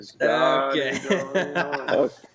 Okay